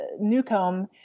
Newcomb